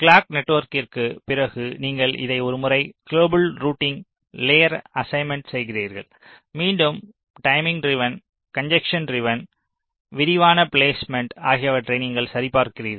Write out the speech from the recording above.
clock நெட்வொர்க்கிற்குப் பிறகு நீங்கள் இதை ஒரு முறை குளோபல் ரூட்டிங் லேயர் அசைன்மென்ட் செய்கிறீர்கள் மீண்டும் டைமிங் ட்ரிவன் கன்ஜஸ்ஸென் ட்ரிவன் விரிவான பிலேஸ்மேன்ட் ஆகியவற்றை நீங்கள் சரிபார்க்கிறீர்கள்